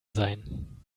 sein